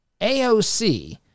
AOC